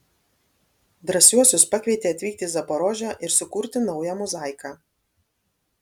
drąsiuosius pakvietė atvykti į zaporožę ir sukurti naują mozaiką